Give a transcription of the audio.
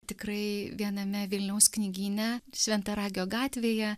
tikrai viename vilniaus knygyne šventaragio gatvėje